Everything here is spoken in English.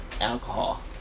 alcohol